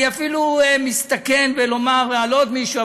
אני אפילו מסתכן בלומר על עוד מישהו,